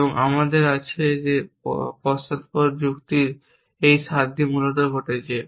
এবং আমাদের কাছে পশ্চাদপদ যুক্তির এই স্বাদটি মূলত ঘটছে